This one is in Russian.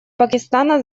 пакистана